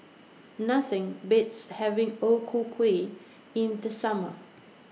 Nothing Beats having O Ku Kueh in The Summer